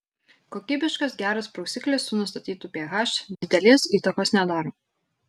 kokybiškas geras prausiklis su nustatytu ph didelės įtakos nedaro